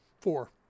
four